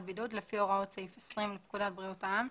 בידוד לפי הוראות סעיף 20 לפקודת בריאות העם,